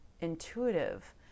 intuitive